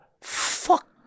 Fuck